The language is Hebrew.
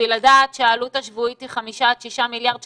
בשביל לדעת שהעלות השבועית היא חמישה עד שישה מיליארד שקלים,